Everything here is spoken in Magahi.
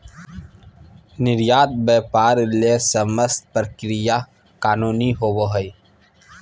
निर्यात व्यापार ले समस्त प्रक्रिया कानूनी होबो हइ